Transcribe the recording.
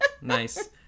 Nice